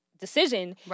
decision